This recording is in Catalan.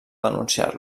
denunciar